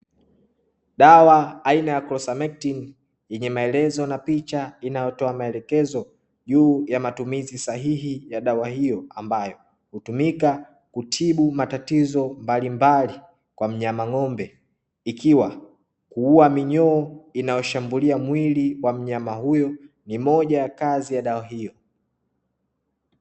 Dawa aina ya "CLOSAMECTIN" yenye maelezo na picha inayotoa maelekezo juu ya matumizi sahihi ya dawa hiyo ambayo hutumika kutibu matatizo mbalimbali kwa mnyama ng'ombe, ikiwa kuua minyoo inayo shambulia mwili wa mnyama huyo ni moja ya kazia ya dawa hiyo.